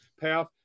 path